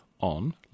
on